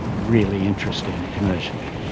really interesting commercially.